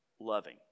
loving